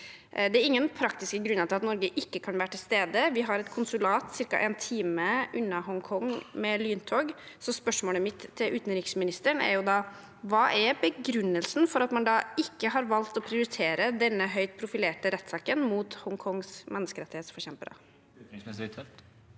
Det er ingen praktiske grunner til at Norge ikke kan være til stede. Vi har et konsulat ca. en time unna Hongkong med lyntog. Spørsmålet mitt til utenriksministeren er da: Hva er begrunnelsen for at man ikke har valgt å prioritere denne høyt profilerte rettssaken mot Hongkongs menneskerettighetsforkjempere?